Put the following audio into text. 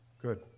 Good